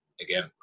again